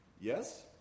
yes